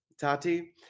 Tati